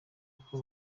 uko